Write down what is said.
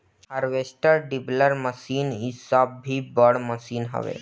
harvester, dibbler machine इ सब भी बड़ मशीन हवे